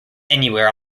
anywhere